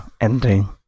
Ending